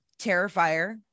Terrifier